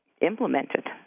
implemented